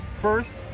first